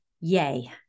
yay